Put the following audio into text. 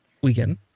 weekend